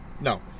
no